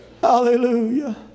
Hallelujah